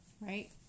Right